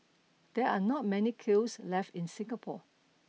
there are not many kilns left in Singapore